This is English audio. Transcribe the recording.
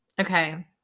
okay